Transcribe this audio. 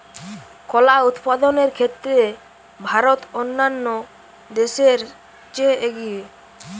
কলা উৎপাদনের ক্ষেত্রে ভারত অন্যান্য দেশের চেয়ে এগিয়ে